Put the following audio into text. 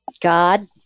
God